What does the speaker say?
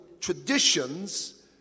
traditions